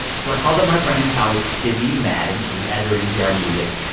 so i called up my friend and colleague sidney madden. she's an editor at npr music.